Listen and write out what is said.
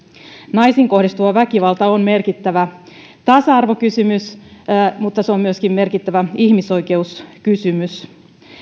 naisiin kohdistuva väkivalta on merkittävä tasa arvokysymys mutta se on myöskin merkittävä ihmisoikeuskysymys